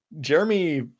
Jeremy